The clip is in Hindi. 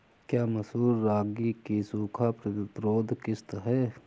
क्या मसूर रागी की सूखा प्रतिरोध किश्त है?